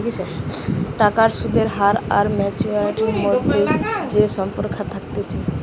টাকার সুদের হার আর ম্যাচুয়ারিটির মধ্যে যে সম্পর্ক থাকতিছে